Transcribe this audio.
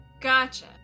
Gotcha